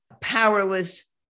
powerless